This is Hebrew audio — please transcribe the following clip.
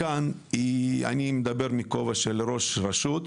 אני מדבר בכובע של ראש רשות.